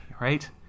right